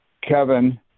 Kevin